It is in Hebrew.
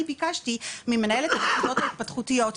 אני ביקשתי ממנהלת היחידות ההתפתחותיות,